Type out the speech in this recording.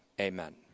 amen